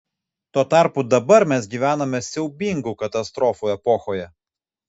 tuo tarpu dabar mes gyvename siaubingų katastrofų epochoje